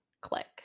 Click